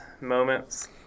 moments